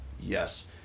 yes